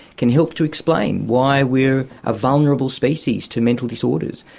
can help to explain why we're a vulnerable species to mental disorders.